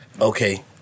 okay